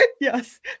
Yes